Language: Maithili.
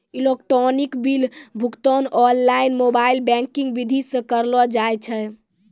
इलेक्ट्रॉनिक बिल भुगतान ओनलाइन मोबाइल बैंकिंग विधि से करलो जाय छै